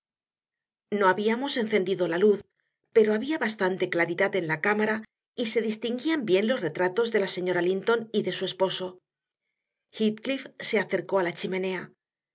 no habíamos encendido la luz pero había bastante claridad en la cámara y se distinguían bien los retratos de la señora linton y de su esposo heathcliff se acercó a la chimenea